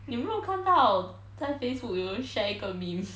你有没看到在 Facebook 有人 share 一个 meme